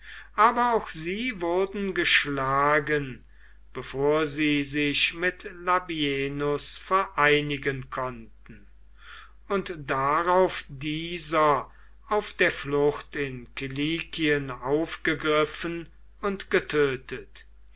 aber auch sie wurden geschlagen bevor sie sich mit labienus vereinigen konnten und darauf dieser auf der flucht in kilikien aufgegriffen und getötet